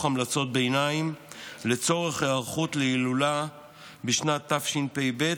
המלצות ביניים לצורך היערכות להילולה בשנת תשפ"ב,